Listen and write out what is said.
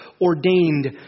ordained